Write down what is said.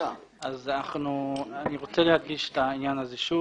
אנחנו סבורים שצריך יהיה להיות מהלך הדרגתי.